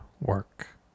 work